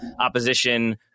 opposition